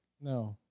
No